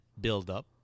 buildup